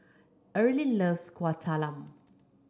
Erling loves Kueh Talam